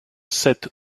sept